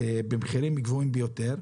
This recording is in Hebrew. במחירים גבוהים ביותר.